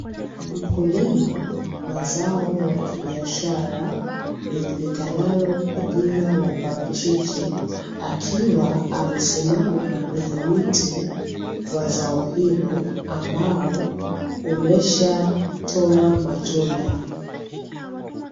Mkulima wa zao la kibiashara lijulikanalo kwa jina la parachichi, akiwa amesimama kwenye mti wa zao hilo ambao umeshatoa matunda.